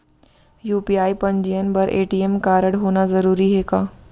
UPI पंजीयन बर ATM कारडहोना जरूरी हे का?